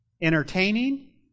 entertaining